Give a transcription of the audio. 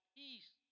peace